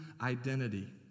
identity